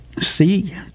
see